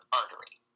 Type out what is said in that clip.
artery